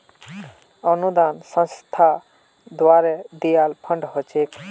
अनुदान संस्था द्वारे दियाल फण्ड ह छेक